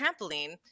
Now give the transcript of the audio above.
trampoline